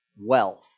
wealth